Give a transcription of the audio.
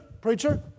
preacher